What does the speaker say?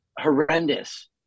horrendous